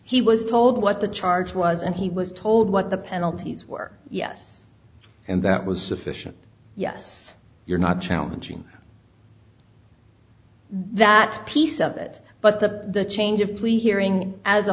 he was told what the charge was and he was told what the penalties were yes and that was sufficient yes you're not challenging that piece of it but the change of plea hearing as a